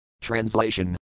Translation